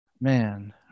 Man